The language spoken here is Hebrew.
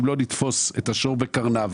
אם לא נתפוס את השור בקרניו,